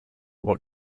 what